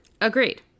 Agreed